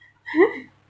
!huh!